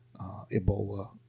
Ebola